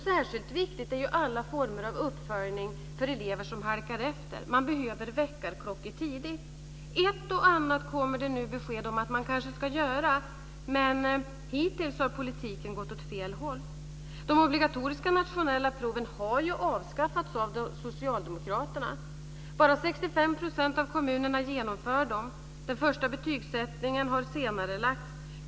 Särskilt viktigt är det ju med alla former av uppföljning för elever som halkar efter. Man behöver väckarklockor tidigt. Ett och annat kommer det nu besked om att man kanske ska göra, men hittills har politiken gått åt fel håll. De obligatoriska nationella proven har ju avskaffats av socialdemokraterna. Bara 65 % av kommunerna genomför dem. Den första betygssättningen har senarelagts.